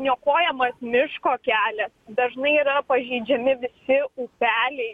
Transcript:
niokojamas miško kelias dažnai yra pažeidžiami visi upeliai